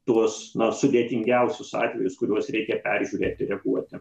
tuos na sudėtingiausius atvejus kuriuos reikia peržiūrėti reaguoti